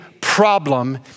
problem